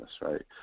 right